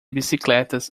bicicletas